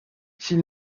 s’il